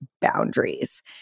boundaries